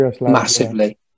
massively